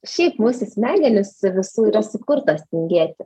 šiaip mūsų smegenys visų yra sukurtos tingėti